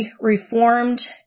Reformed